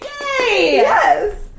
Yes